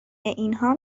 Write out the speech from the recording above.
اینها